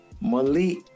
Malik